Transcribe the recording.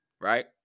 right